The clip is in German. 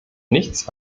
nichts